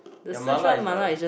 their mala is the